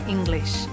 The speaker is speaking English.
English